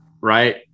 right